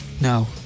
no